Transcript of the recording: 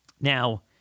now